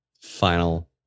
final